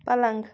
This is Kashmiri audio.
پلنٛگ